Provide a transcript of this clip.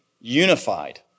unified